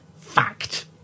fact